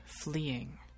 fleeing